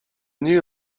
new